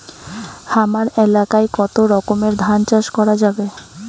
হামার এলাকায় কতো রকমের ধান চাষ করা যাবে?